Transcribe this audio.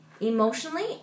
Emotionally